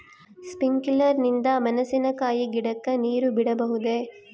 Sprinkler ನಿಂದ ಮೆಣಸಿನಕಾಯಿ ಗಿಡಕ್ಕೆ ನೇರು ಬಿಡಬಹುದೆ?